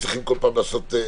כשיכולים להיכנס רק עם התעודות.